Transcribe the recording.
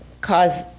cause